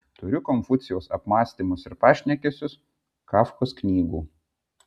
turiu konfucijaus apmąstymus ir pašnekesius kafkos knygų